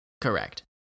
Correct